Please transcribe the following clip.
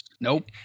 nope